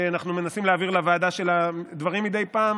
שאנחנו מנסים להעביר לוועדה שלה דברים מדי פעם?